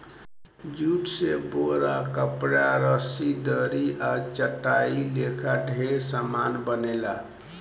jute से बोरा, कपड़ा, रसरी, दरी आ चटाई लेखा ढेरे समान बनेला